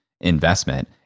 investment